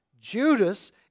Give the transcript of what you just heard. Judas